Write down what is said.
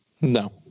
No